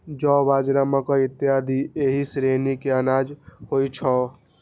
जौ, बाजरा, मकइ इत्यादि एहि श्रेणी के अनाज होइ छै